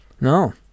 No